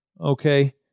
Okay